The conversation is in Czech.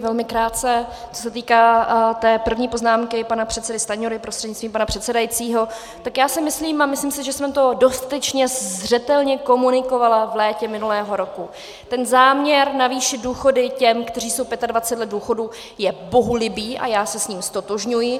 Velmi krátce, co se týká té první poznámky pana předsedy Stanjury prostřednictvím pana předsedajícího, tak já si myslím, a myslím si, že jsem to dostatečně zřetelně komunikovala v létě minulého roku ten záměr navýšit důchody těm, kteří jsou 25 let v důchodu, je bohulibý a já se s ním ztotožňuji.